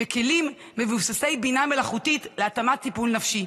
כלים מבוססי בינה מלאכותית להתאמת טיפול נפשי,